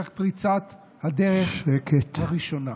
רק פריצת הדרך הראשונה.